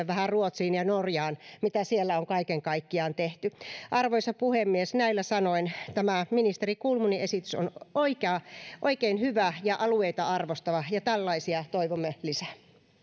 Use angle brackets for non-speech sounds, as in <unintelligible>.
<unintelligible> vähän ruotsiin ja norjaan mitä siellä on kaiken kaikkiaan tehty arvoisa puhemies näillä sanoin tämä ministeri kulmunin esitys on oikein hyvä ja alueita arvostava ja tällaisia toivomme lisää